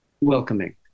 welcoming